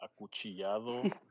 Acuchillado